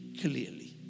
clearly